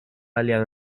aliado